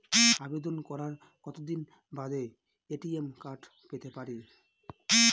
আবেদন করার কতদিন বাদে এ.টি.এম কার্ড পেতে পারি?